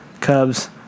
Cubs